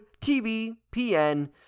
TBPN